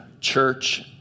church